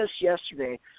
yesterday